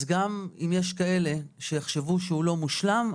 אז גם אם יש כאלה שיחשבו שהוא לא מושלם,